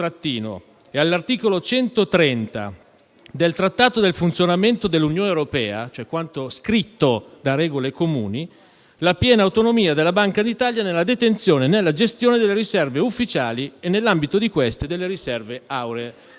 e dall'articolo 130 del Trattato sul funzionamento dell'Unione europea» - cioè quanto scritto da regole comuni - «la piena autonomia della Banca d'Italia nella detenzione e nella gestione delle riserve ufficiali e, nell'ambito di queste, delle riserve auree».